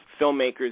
filmmakers